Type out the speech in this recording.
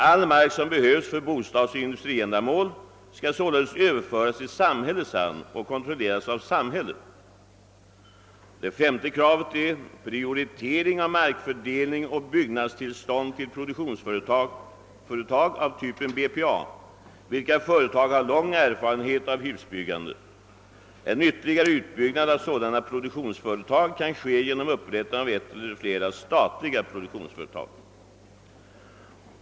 All mark som behövs för bostadsoch industriändamål skall således överföras i samhällets hand och kontrolleras av samhället. 5. En prioritering av markfördelning och byggnadstillstånd till produktionsföretag av typen BPA, som har lång erfarenhet av husbyggande, måste komma till stånd. En ytterligare utbyggnad av sådana produktionsföretag kan ske genom upprättandet av ett eller flera statliga produktionsföretag.